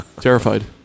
terrified